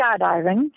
skydiving